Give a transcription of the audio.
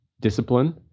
discipline